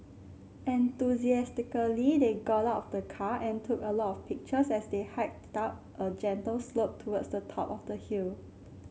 enthusiastically they got out of the car and took a lot of pictures as they hiked up a gentle slope towards the top of the hill